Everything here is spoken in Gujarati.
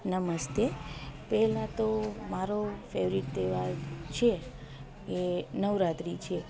નમસ્તે પહેલાં તો મારો ફેવરિટ તહેવાર છે એ નવરાત્રી છે